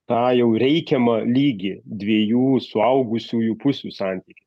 tą jau reikiamą lygį dviejų suaugusiųjų pusių santykį